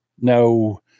No